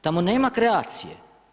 Tamo nema kreacije.